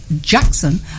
jackson